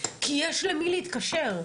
כי יש למי להתקשר,